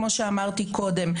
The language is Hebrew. כמו שאמרתי קודם,